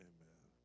Amen